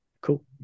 cool